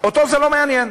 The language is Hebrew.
אותו זה לא מעניין.